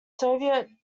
soviet